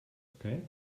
okay